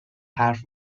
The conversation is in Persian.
حرف